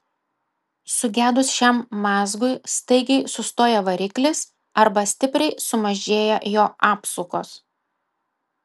sugedus šiam mazgui staigiai sustoja variklis arba stipriai sumažėja jo apsukos